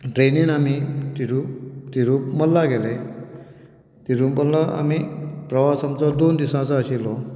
ट्रेनीन आमी तिरुमल्ला गेले तिरुमल्ला प्रवास आमचो दोन दिसांचो आशिल्लो